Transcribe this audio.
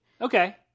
Okay